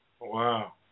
Wow